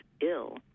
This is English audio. ill